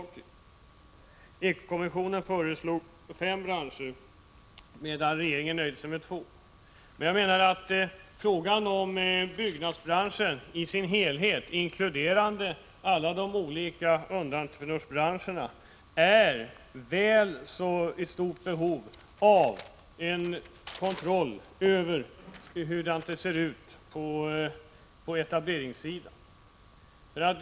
Ekokommissionen föreslog fem branscher, medan regeringen nöjt sig med två. Jag menar att byggnadsbranschen i sin helhet, inkluderande alla de olika underentreprenörsbranscherna, är i stort behov av en kontroll över hur det ser ut på etableringssidan.